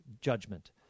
judgment